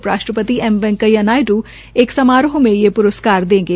उपराष्ट्रपति एम वैकेंया नायड़ू एक समारोह में ये प्रस्कार देंगे